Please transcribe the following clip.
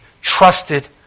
trusted